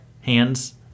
hands